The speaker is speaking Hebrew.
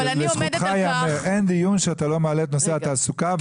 לזכותך ייאמר שאין דיון שאתה לא מעלה את נושא התעסוקה ואני אחריך.